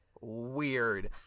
weird